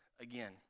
again